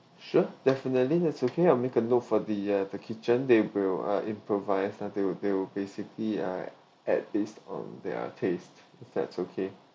sure definitely that's okay I'll make a note for the uh the kitchen they will uh improvised ah they would they would basically ah at least on their taste is that okay